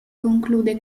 conclude